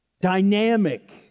dynamic